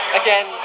again